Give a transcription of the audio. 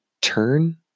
turn